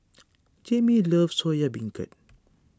Jame loves Soya Beancurd